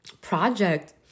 project